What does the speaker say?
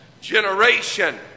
generation